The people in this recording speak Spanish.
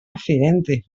accidente